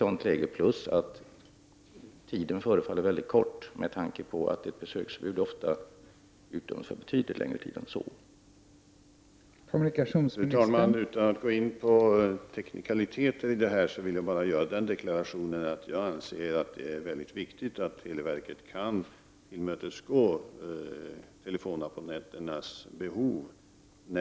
Dessutom förefaller tiden väl kort med tanke på att ett besöksförbud ofta utdöms för betydligt längre tid än tre veckor.